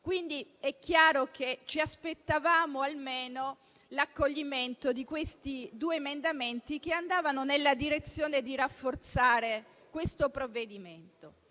quindi che ci aspettavamo almeno l'accoglimento di questi due emendamenti, che andavano nella direzione di rafforzare il provvedimento.